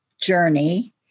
journey